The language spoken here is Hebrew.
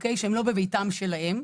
שהם לא בביתם שלהם.